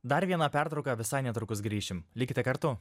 dar viena pertrauka visai netrukus grįšim likite kartu